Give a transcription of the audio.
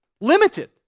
Limited